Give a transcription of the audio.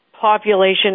population